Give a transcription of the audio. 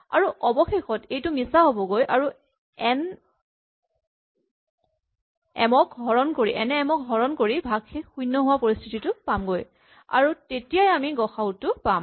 আৰু অৱশেষত এইটো মিছা হ'বগৈ আৰু আমি এন এম ক হৰণ কৰি ভাগশেষ শূণ্য হোৱা পৰিস্হিতিটো পামগৈ আৰু তেতিয়াই আমি গ সা উ টো পাম